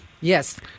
Yes